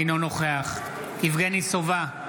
אינו נוכח יבגני סובה,